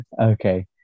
Okay